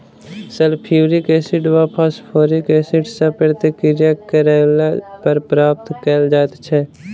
sulphuric acid वा phosphoric acid सॅ प्रतिक्रिया करौला पर प्राप्त कयल जाइत छै